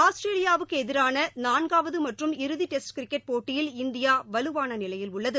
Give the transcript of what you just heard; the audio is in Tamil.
ஆஸ்திரேலியாவுக்கு எதிரான நான்காவது மற்றும் இறுதி டெஸ்ட் கிரிக்கெட் போட்டியில் இந்தியா வலுவான நிலையில் உள்ளது